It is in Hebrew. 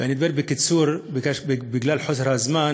ואני אדבר בקיצור בגלל חוסר הזמן: